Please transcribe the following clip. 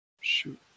shoot